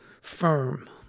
firm